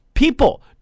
People